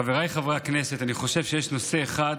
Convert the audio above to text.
חבריי חברי הכנסת, אני חושב שיש נושא אחד